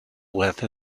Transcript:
with